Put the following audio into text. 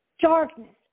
Darkness